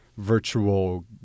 Virtual